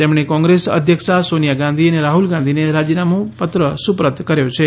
તેમણે કોંગ્રેસ અધ્યક્ષા સોનિયા ગાંધી અને રાહલ ગાંધીને રાજીનામું પત્ર સુપરત કર્યો છે